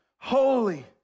holy